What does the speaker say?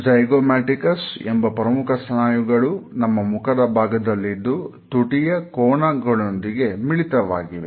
zygomaticus ಎಂಬ ಪ್ರಮುಖ ಸ್ನಾಯುಗಳು ನಮ್ಮ ಮುಖದ ಭಾಗದಲ್ಲಿದ್ದು ತುಟಿಯ ಕೋನಗಳೊಂದಿಗೆ ಮಿಳಿತವಾಗಿದೆ